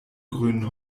grünen